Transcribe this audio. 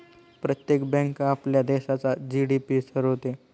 प्रत्येक बँक आपल्या देशाचा जी.डी.पी ठरवते